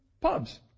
Pubs